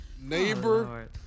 neighbor